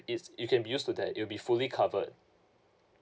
it's it can be used to that it will be fully covered